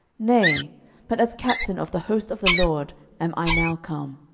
nay but as captain of the host of the lord am i now come.